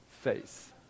face